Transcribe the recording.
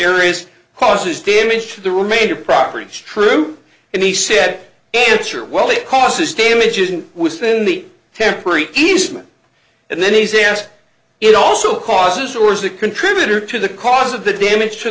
materials causes damage to the remainder property is true and he said answer well it causes damage isn't within the temporary easement and then he's asked it also causes or is a contributor to the cause of the damage to